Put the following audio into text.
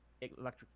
electric